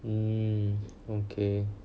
mm okay